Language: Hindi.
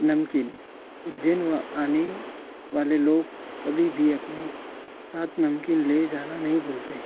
नमकीन उज्जैन व आने वाले लोग कभी भी अपने साथ नमकीन ले जाना नहीं भूलते